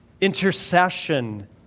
intercession